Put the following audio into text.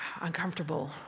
uncomfortable